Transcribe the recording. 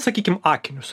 sakykim akinius